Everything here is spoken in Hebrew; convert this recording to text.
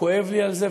כואב לי על זה,